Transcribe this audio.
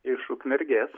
iš ukmergės